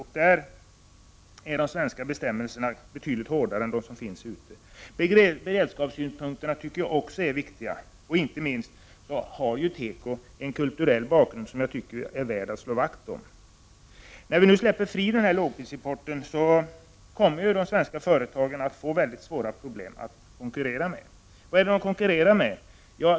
På det området är de svenska bestämmelserna betydligt hårdare än de som finns i andra länder. Jag tycker också att tekoindustrin är viktig ur beredskapssynpunkt, och inte minst har teko en kulturell bakgrund som är värd att slå vakt om. När vi nu släpper fri lågprisimporten kommer de svenska företagen att få mycket stora problem med konkurrensen. Vilka är det de konkurrerar med?